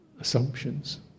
assumptions